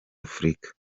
afurika